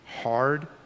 hard